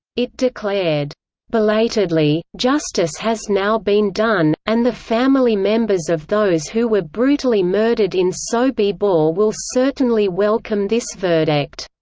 it declared belatedly, justice has now been done, and the family members of those who were brutally murdered in sobibor will certainly welcome this verdict.